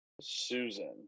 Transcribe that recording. Susan